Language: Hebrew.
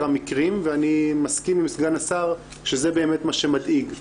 המקרים ואני מסכים עם סגן השר שזה באמת מה שמדאיג.